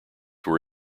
were